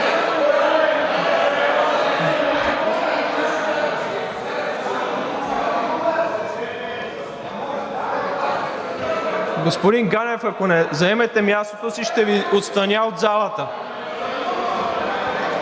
Господин Ганев, ако не заемете мястото си, ще Ви отстраня от залата!